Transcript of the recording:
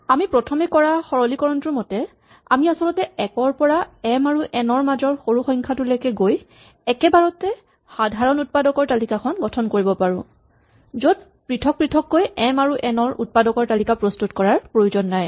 আমি প্ৰথমে কৰা সৰলীকৰণটোৰ মতে আমি আচলতে ১ ৰ পৰা এম আৰু এন ৰ মাজৰ সৰু সংখ্যাটোলৈকে গৈ একেবাৰতে সাধাৰণ উৎপাদকৰ তালিকাখন গঠন কৰিব পাৰো য'ত পৃথক পৃথককৈ এম আৰু এন ৰ উৎপাদকৰ তালিকা প্ৰস্তুত কৰাৰ প্ৰয়োজন নাই